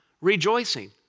rejoicing